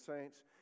saints